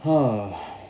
!huh!